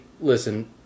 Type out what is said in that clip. listen